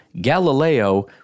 Galileo